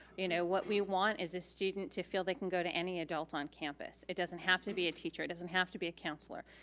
you know what we want is a student to feel they can go to any adult on campus. campus. it doesn't have to be a teacher, it doesn't have to be a counselor.